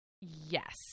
Yes